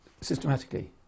systematically